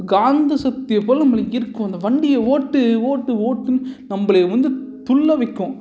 காந்த சக்தியை போல் நம்மளை ஈர்க்கும் அந்த வண்டியை ஓட்டு ஓட்டு ஓட்டு நம்மளை வந்து துள்ள வைக்கும்